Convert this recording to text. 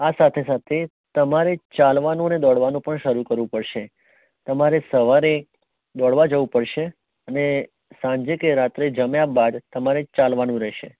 આ સાથે સાથે તમારે ચાલવાનું અને દોડવાનું પણ શરૂ કરવું પડશે તમારે સવારે દોડવા જવું પડશે અને સાંજે કે રાતે જમ્યાબાદ તમારે ચાલવાનું રહેશે